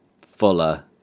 fuller